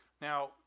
Now